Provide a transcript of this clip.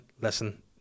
listen